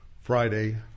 Friday